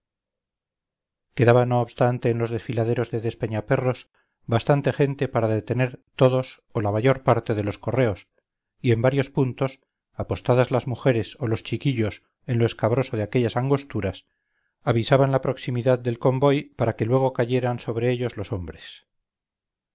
quedaba no obstante en los desfiladeros de despeñaperros bastante gente para detener todos o la mayor parte de los correos y en varios puntos apostadas las mujeres o los chiquillos en lo escabroso de aquellas angosturas avisaban la proximidad del convoy para que luego cayeransobre él los hombres